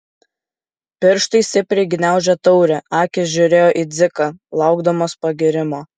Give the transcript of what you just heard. pirštai stipriai gniaužė taurę akys žiūrėjo į dziką laukdamos pagyrimo